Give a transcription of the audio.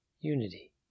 unity